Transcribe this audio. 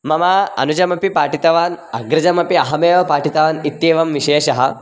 मम अनुजमपि पाठितवान् अग्रजमपि अहमेव पाठितवान् इत्येवं विशेषः